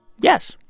Yes